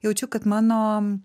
jaučiu kad mano